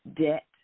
debt